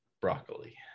broccoli